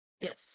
Yes